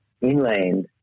inland